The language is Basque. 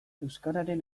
euskararen